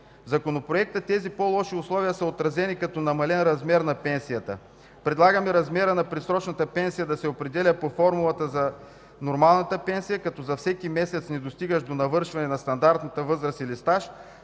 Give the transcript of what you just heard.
В законопроекта тези по-лоши условия са отразени като намален размер на пенсията. Предлагаме размерът на предсрочната пенсия да се определя по формулата за нормалната пенсия, като за всеки месец, недостигащ до навършването на стандартната възраст или стаж,